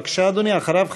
ואחריו,